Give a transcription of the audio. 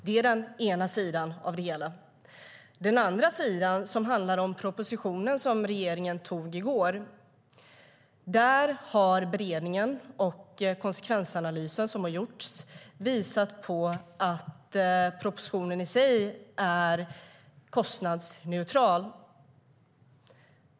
Det är den ena sidan av det hela. Den andra sidan handlar om den proposition som regeringen antog i går. Den beredning och konsekvensanalys som har gjorts har visat att propositionen i sig är kostnadsneutral.